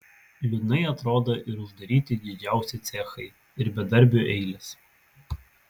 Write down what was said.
liūdnai atrodo ir uždaryti didžiausi cechai ir bedarbių eilės